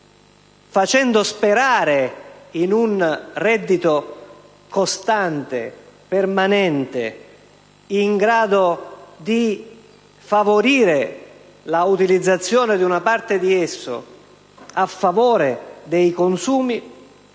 facendo sperare in un reddito costante, permanente, in grado di favorire l'utilizzazione di una parte di esso a favore dei consumi,